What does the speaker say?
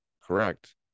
correct